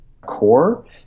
core